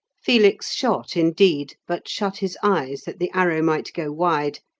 felix shot, indeed, but shut his eyes that the arrow might go wide,